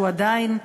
שהוא עדיין,